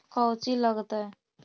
कौची लगतय?